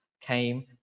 came